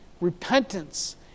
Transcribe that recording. repentance